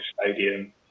stadium